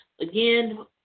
Again